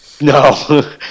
no